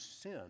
sin